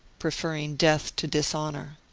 preferring death to dishonour.